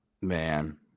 Man